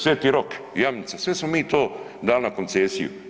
Sveti Rok, Jamnica, sve smo mi to dali na koncesiju.